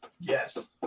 Yes